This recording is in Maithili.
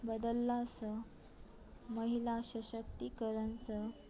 बदललासँ महिला शशक्तिकरणसँ